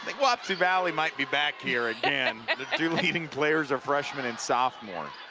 like wapsie valley might be back here again the two leading players are freshman and sophomore.